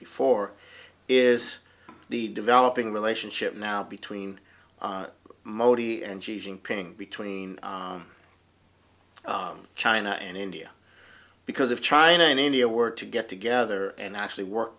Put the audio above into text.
before is the developing relationship now between modi and choosing paying between china and india because of china and india were to get together and actually work